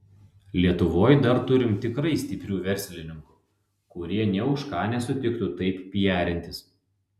lietuvoj dar turim tikrai stiprių verslininkų kurie nė už ką nesutiktų taip pijarintis